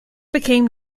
became